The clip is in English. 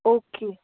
okay